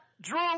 Drew